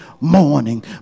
morning